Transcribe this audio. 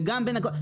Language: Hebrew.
וגם בין הכל,